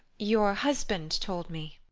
your husband told me.